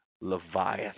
Leviathan